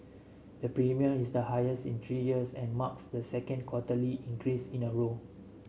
the premium is the highest in three years and marks the second quarterly increase in a row